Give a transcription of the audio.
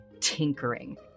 tinkering